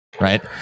right